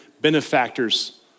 benefactors